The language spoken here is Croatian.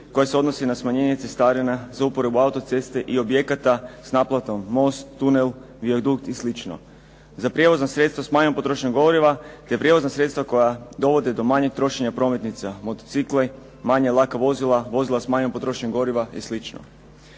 koja se odnosi na smanjenje cestarina za uporabu autoceste i objekata s naplatom: most, tunel, vijadukt i sl., za prijevozna sredstva s manjom potrošnjom goriva te prijevozna sredstva koja dovode do manjeg trošenja prometnica: motocikli, manja laka vozila, vozila s manjom potrošnjom goriva i sl.